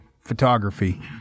photography